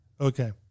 Okay